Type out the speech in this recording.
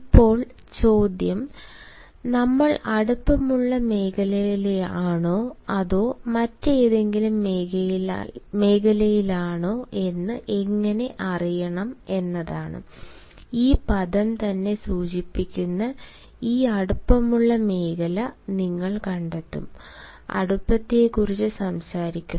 ഇപ്പോൾ ചോദ്യം നമ്മൾ അടുപ്പമുള്ള മേഖലയിലാണോ അതോ മറ്റേതെങ്കിലും മേഖലയിലാണോ എന്ന് എങ്ങനെ അറിയണം എന്നതാണ് ഈ പദം തന്നെ സൂചിപ്പിക്കുന്ന ഈ അടുപ്പമുള്ള മേഖല നിങ്ങൾ കണ്ടെത്തും അടുപ്പത്തെക്കുറിച്ച് സംസാരിക്കുന്നു